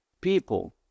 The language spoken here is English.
people